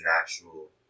natural